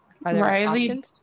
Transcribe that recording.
Riley